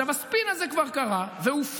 עכשיו, הספין הזה כבר קרה והופרך.